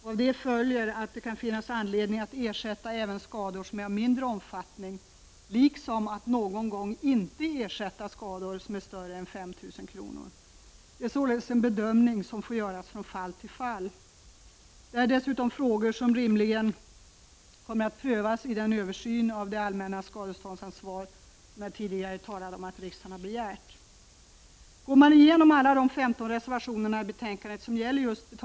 Av det följer att det kan finnas anledning att ersätta även skador som är av mindre omfattning, liksom att någon gång inte ersätta skador som är större än 5 000 kr. Det är således en bedömning som får göras från fall till fall. Detta är dessutom frågor som rimligen kommer att prövas i den översyn av det allmänna skadeståndsansvaret som jag tidigare talade om att riksdagen har begärt. Går man igenom alla de 15 reservationerna till betänkandet som gäller just — Prot.